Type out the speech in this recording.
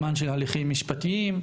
זמן של הליכים משפטיים,